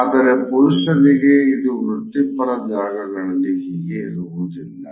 ಆದರೆ ಪುರುಷರಿಗೆ ಇದು ವೃತ್ತಿಪರ ಜಾಗಗಳಲ್ಲಿ ಹೀಗೆ ಇರುವುದಿಲ್ಲ